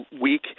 week